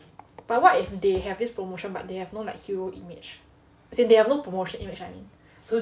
but what if they have this promotion but they have no like hero image as in they have no promotion image I mean